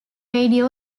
radio